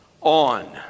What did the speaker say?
on